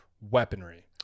weaponry